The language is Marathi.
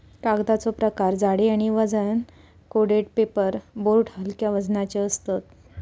कागदाचो प्रकार जाडी आणि वजन कोटेड पेपर बोर्ड हलक्या वजनाचे असतत